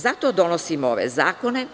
Zato donosimo ove zakone.